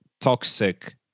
toxic